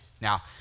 Now